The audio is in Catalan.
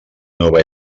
nova